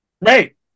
Right